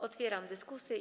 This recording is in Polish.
Otwieram dyskusję.